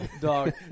Dog